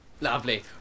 Lovely